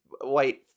white